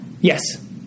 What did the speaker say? Yes